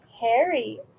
Harry